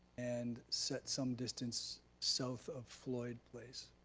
and set some distance south of floyd place.